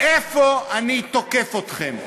איפה אני תוקף אתכם?